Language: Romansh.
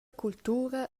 cultura